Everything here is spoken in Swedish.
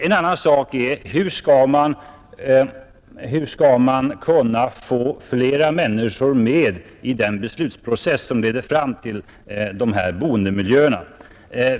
En annan fråga är hur man skall kunna få flera människor med i den beslutsprocess, som leder fram till dessa boendemiljöer.